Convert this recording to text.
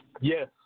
Yes